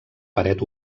paret